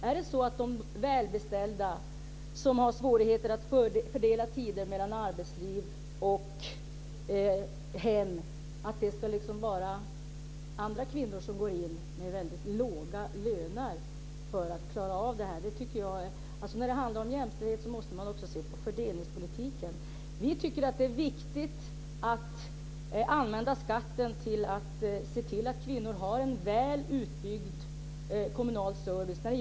Är det de välbeställda som har svårigheter att fördela tid mellan arbetsliv och hem som ska gynnas? Är det andra kvinnor som ska gå in med väldigt låga löner för att klara det? När det handlar om jämställdhet måste man också se på fördelningspolitiken. Vi tycker att det är viktigt att använda skatten för att se till att kvinnor har en väl utbyggd kommunal service.